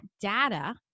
data